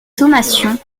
sommations